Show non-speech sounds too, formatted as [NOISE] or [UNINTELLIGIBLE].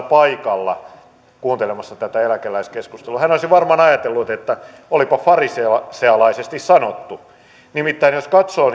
[UNINTELLIGIBLE] paikalla kuuntelemassa tätä eläkeläiskeskustelua hän olisi varmaan ajatellut että olipa farisealaisesti sanottu nimittäin jos katsoo [UNINTELLIGIBLE]